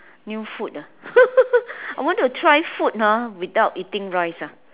new food ah I want to try food ah without eating rice ah